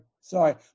sorry